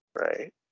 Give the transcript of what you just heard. right